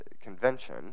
convention